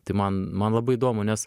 tai man man labai įdomu nes